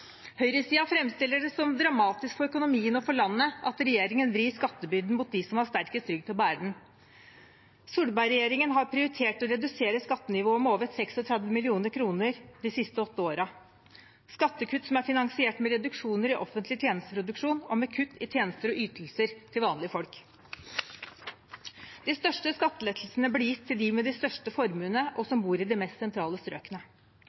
det som dramatisk for økonomien og for landet at regjeringen vrir skattebyrden mot dem som har sterkest rygg til å bære den. Solberg-regjeringen har prioritert å redusere skattenivået med over 36 mrd. kr de siste åtte årene – skattekutt som er finansiert med reduksjoner i offentlig tjenesteproduksjon og med kutt i tjenester og ytelser til vanlige folk. De største skattelettelsene blir gitt til dem med de største formuene og som bor i de mest sentrale strøkene.